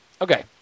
Okay